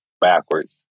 backwards